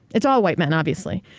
it's all white men, obviously.